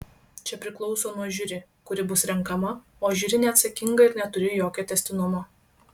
čia priklauso nuo žiuri kuri bus renkama o žiuri neatsakinga ir neturi jokio tęstinumo